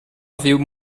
avaient